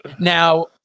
Now